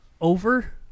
over